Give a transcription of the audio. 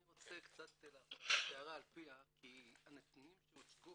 אני רוצה קצת להפוך את הקערה על פיה כי הנתונים שהוצגו